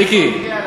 למדינה.